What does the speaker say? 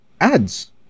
ads